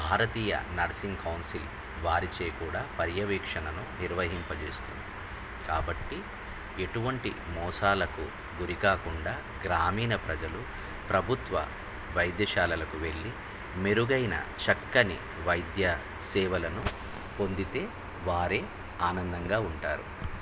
భారతీయ nursing council వారిచే కూడా పర్యవీక్షణను నిర్వహింపజేస్తుంది కాబట్టి ఎటువంటి మోసాలకు గురికాకుండా గ్రామీణ ప్రజలు ప్రభుత్వ వైద్యశాలకు వెళ్లి మెరుగైన చక్కని వైద్య సేవలను పొందితే వారే ఆనందంగా ఉంటారు